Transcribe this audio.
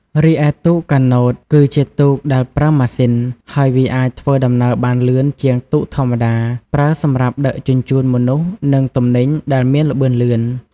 រីឯទូកកាណូត គឺជាទូកដែលប្រើម៉ាស៊ីន ហើយវាអាចធ្វើដំណើរបានលឿនជាងទូកធម្មតា ប្រើសម្រាប់ដឹកជញ្ជូនមនុស្សនិងទំនិញដែលមានល្បឿនលឿន។